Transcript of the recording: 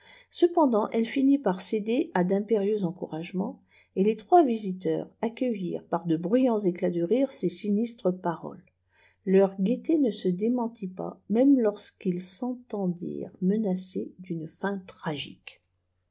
cependant elle finit par céder à d'impérieux encourageoftnts et les trois visiteurs accueillirent par de bruyants éclats de rire ses sinistres paroles leur gaité ne se démentit pas mèmelorsqu'ils s'entendirent menacer d'une fin tragique